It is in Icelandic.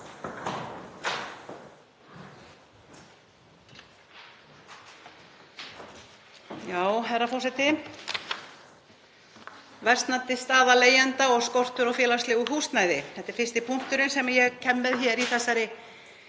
Herra forseti. Versnandi staða leigjenda og skortur á félagslegu húsnæði. Þetta er fyrsti punkturinn sem ég kem með í þessari